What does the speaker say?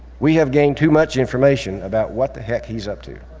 we have gained too much information about what the heck he's up to.